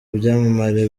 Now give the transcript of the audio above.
byamamare